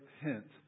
hint